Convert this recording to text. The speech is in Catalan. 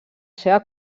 seva